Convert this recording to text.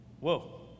whoa